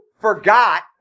forgot